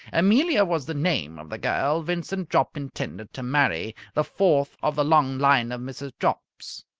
amelia was the name of the girl vincent jopp intended to marry, the fourth of the long line of mrs. jopps.